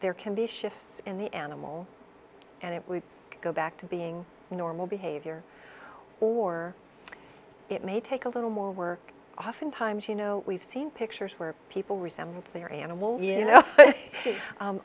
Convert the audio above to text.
there can be shifts in the animal and it would go back to being normal behavior or it may take a little more work oftentimes you know we've seen pictures where people resembling our animal you know